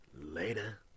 Later